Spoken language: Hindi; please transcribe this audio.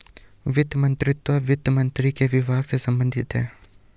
वित्त मंत्रीत्व वित्त मंत्री के विभाग से संबंधित है